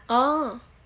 oh